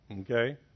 okay